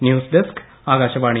news desk Akashvani